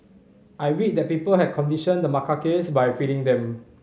I read that people had conditioned the macaques by feeding them